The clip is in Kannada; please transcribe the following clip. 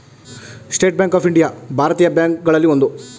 ಸ್ಟೇಟ್ ಬ್ಯಾಂಕ್ ಆಫ್ ಇಂಡಿಯಾ ಭಾರತೀಯ ಬ್ಯಾಂಕ್ ಗಳಲ್ಲಿ ಒಂದು